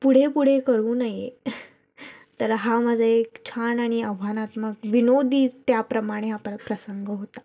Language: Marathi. पुढे पुढे करू नये तर हा माझा एक छान आणि आव्हानात्मक विनोदीच त्याप्रमाणे आपला प्रसंग होता